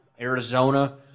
Arizona